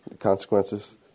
consequences